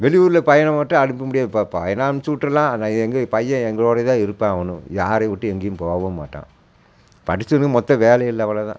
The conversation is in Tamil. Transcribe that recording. வெளியூரில் பையனை மட்டும் அனுப்ப முடியாது பாப்பா ஏன்னால் அனுச்சி விட்டுர்லாம் ஆனால் எங்கள் பையன் எங்களோடையே தான் இருப்பான் அவனும் யாரையும் விட்டு எங்கேயும் போகவும் மாட்டான் படிச்சவுனுக்கு மொத்தம் வேலை இல்லை அவ்வளோதான்